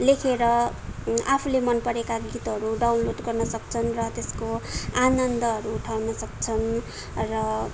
लेखेर आफूले मनपरेका गीतहरू डाउनलोड गर्न सक्छन् र त्यसको आनन्दहरू उठाउन सक्छन् र